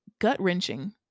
gut-wrenching